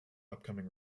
upcoming